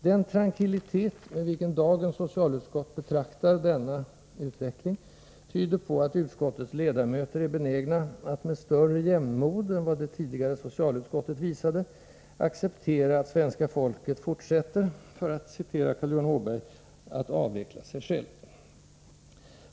Den trankilitet med vilken dagens socialutskott betraktar denna utveckling tyder på att utskottets ledamöter är benägna att med större jämnmod än vad det tidigare socialutskottet visade acceptera att svenska folket fortsätter att — för att citera Carl Johan Åberg — ”avveckla sig självt”.